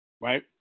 Right